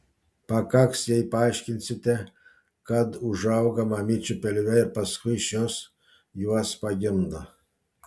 pakaks jei paaiškinsite kad užauga mamyčių pilve ir paskui šios juos pagimdo